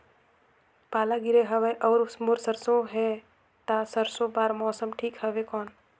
पाला गिरे हवय अउर मोर सरसो हे ता सरसो बार मौसम ठीक हवे कौन?